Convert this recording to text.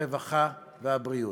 הרווחה והבריאות.